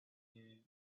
him